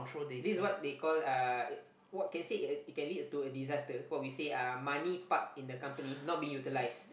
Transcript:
this what they call uh what can say uh it can lead to a disaster what we say uh money parked in the company not being utilized